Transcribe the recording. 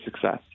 success